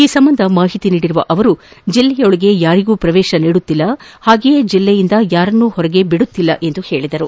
ಈ ಸಂಬಂಧ ಮಾಹಿತಿ ನೀಡಿರುವ ಅವರು ಜಿಲ್ಲೆಯೊಳಗೆ ಯಾರಿಗೂ ಪ್ರವೇಶ ನೀಡುತ್ತಿಲ್ಲ ಹಾಗೆಯೇ ಜಿಲ್ಲೆಯಿಂದ ಯಾರನ್ನೂ ಹೊರಗೆ ಬಿಡುತ್ತಿಲ್ಲ ಎಂದು ಹೇಳಿದರು